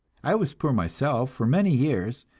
i was poor myself for many years,